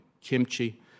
kimchi